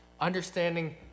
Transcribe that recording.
Understanding